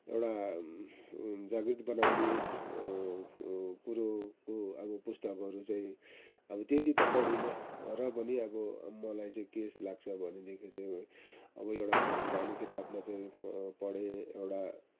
एउटा जागृत बनाउने कुरोको अब पुस्तकहरू चाहिँ अब त्यति पढिनँ र पनि अब मलाई चाहिँ के लाग्छ भनेदेखि चाहिँ अब एउटा कथा काहानी किताबमा चाहिँ पढेँ एउटा